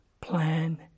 plan